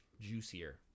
juicier